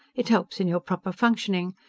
it helps in your proper functioning.